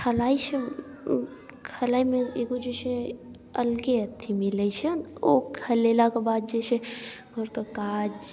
खलाइ छै खलाइमे एगो जे छै अलगे अथी मिलै छै ओ खलेलाके बाद जे छै घरके काज